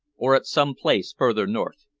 or at some place further north,